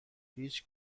هیچ